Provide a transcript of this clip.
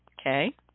Okay